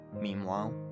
Meanwhile